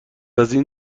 این